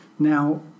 Now